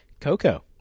Coco